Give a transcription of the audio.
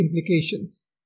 implications